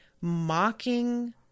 mocking